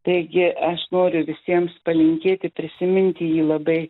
taigi aš noriu visiems palinkėti prisiminti jį labai